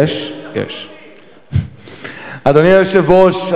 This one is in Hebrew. אדוני היושב-ראש,